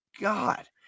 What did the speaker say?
God